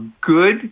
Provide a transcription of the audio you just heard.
good